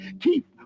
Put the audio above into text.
keep